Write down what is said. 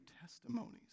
testimonies